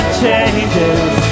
changes